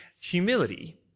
humility